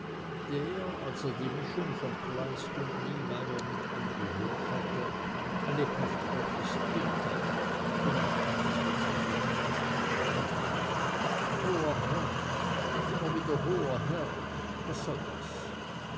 der als er die mischung von kleist und niemeyer mit angehört hatte lebhaft protestierte wenn auch keineswegs aus literarischen gründen hoher herr und immer wieder hoher herr was soll das